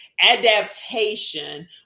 adaptation